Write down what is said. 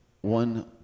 one